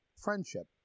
friendship